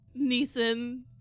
Neeson